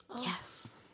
yes